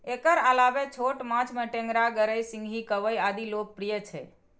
एकर अलावे छोट माछ मे टेंगरा, गड़ई, सिंही, कबई आदि लोकप्रिय छै